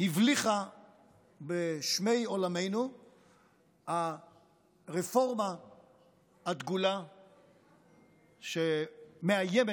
הבליחה בשמי עולמנו הרפורמה הדגולה שמאיימת